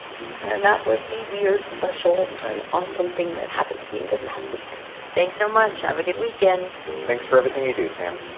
and that was the weird, special and awesome thing that happened to me this past week thanks so much. have a good weekend thanks for everything you do, sam